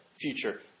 future